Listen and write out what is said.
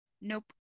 Nope